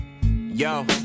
Yo